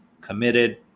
committed